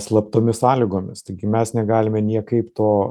slaptomis sąlygomis taigi mes negalime niekaip to